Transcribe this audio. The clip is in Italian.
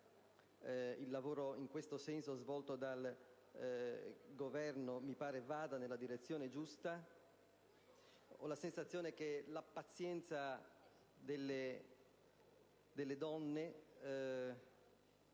il lavoro svolto al riguardo dal Governo mi pare vada nella la direzione giusta. Ho la sensazione che la pazienza delle donne,